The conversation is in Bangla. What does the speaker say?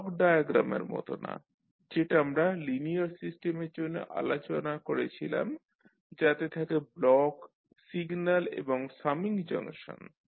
ব্লক ডায়াগ্রামের মতো না যেটা আমরা লিনিয়ার সিস্টেমের জন্য আলোচনা করেছিলাম যাতে থাকে ব্লক সিগন্যাল এবং সামিং জাংশন